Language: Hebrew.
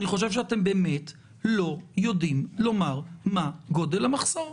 אני חושב שאתם באמת לא יודעים לומר מה גודל המחסור.